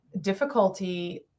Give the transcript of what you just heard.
difficulty